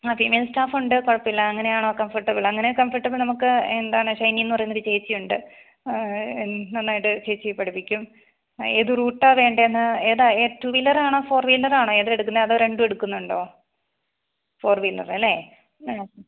ആ female staff ഉണ്ട് കുഴപ്പമില്ല അങ്ങനെയാണോ കംഫോർട്ടബിൾ അങ്ങനെ കംഫോർട്ടബിൾ നമുക്ക് എന്താണ് ഷൈനി എന്ന് പറയുന്നൊരു ചേച്ചി ഉണ്ട് നന്നായിട്ട് ചേച്ചി പഠിപ്പിക്കും ഏത് റൂട്ടാണ് വേണ്ടതെന്ന് ഏതാ റ്റൂ വീലറാണോ ഫോർ വീലറാണോ ഏതാ എടുക്കുന്നത് അതോ രണ്ടും എടുക്കുന്നുണ്ടോ ഫോർ വീലറല്ലേ ആ